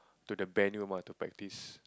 to the venue mah to practice